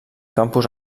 campus